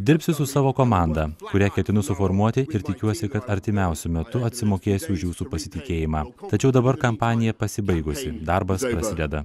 dirbsiu su savo komanda kurią ketinu suformuoti ir tikiuosi kad artimiausiu metu atsimokėsiu už jūsų pasitikėjimą tačiau dabar kampanija pasibaigusi darbas prasideda